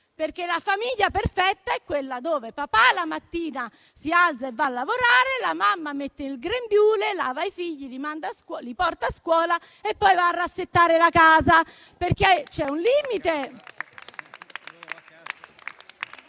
perché la famiglia perfetta è quella dove papà la mattina si alza e va a lavorare, la mamma mette il grembiule, lava i figli, li porta a scuola e poi va a rassettare la casa, perché c'è un limite di